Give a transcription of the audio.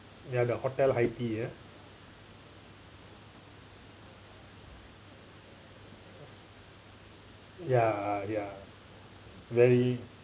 ya the hotel high tea ah ya ya very